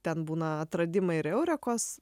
ten būna atradimai ir eurekos